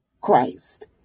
Christ